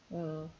mm